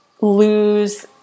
lose